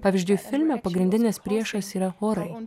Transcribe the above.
pavyzdžiui filme pagrindinis priešas yra orai o